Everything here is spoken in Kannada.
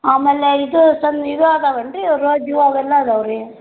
ಆಮೇಲೆ ಇದು ಇದು ಅದಾವೇನು ರೀ ರೋಜ್ ಹೂ ಅವೆಲ್ಲಾ ಅದಾವೆ ರೀ